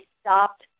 stopped